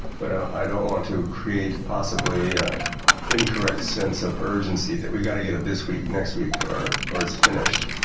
but i don't want to create possibly an incorrect sense of urgency that we've got to get it this week, next week or or it's finished.